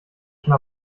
schon